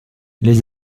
les